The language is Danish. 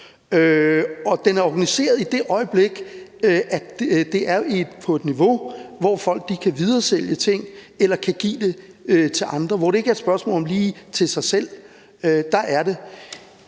det er organiseret i det øjeblik, at det er på et niveau, hvor folk kan videresælge ting eller kan give det til andre, og hvor det ikke er et spørgsmål om, at det er til sig selv. Hvis det